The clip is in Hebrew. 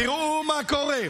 תראו מה קורה.